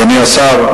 אדוני השר,